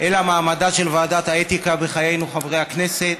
אלא מעמדה של ועדת האתיקה בחיינו, חברי הכנסת.